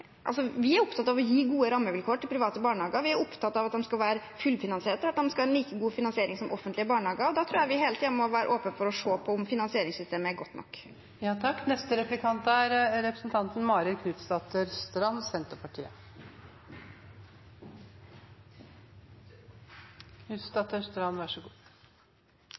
er opptatt av at de skal være fullfinansiert og ha en like god finansiering som offentlige barnehager, og da tror jeg vi hele tiden må være åpne for å se på om finansieringssystemet er godt nok. Her er Arbeiderpartiet og Senterpartiet opptatt av noen av de samme problemstillingene, men med litt ulik inngang. For å ta det siste først: Jeg mener det er